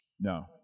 No